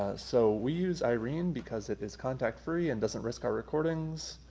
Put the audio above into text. so we use irene because it is contact free and doesn't risk our recordings.